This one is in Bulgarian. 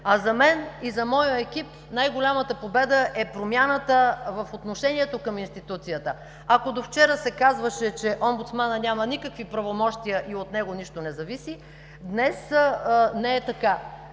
А за мен и за моя екип най-голямата победа е промяната в отношението към институцията. Ако до вчера се казваше, че омбудсманът няма никакви правомощия и от него нищо не зависи, днес не е така.